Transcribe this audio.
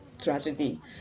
tragedy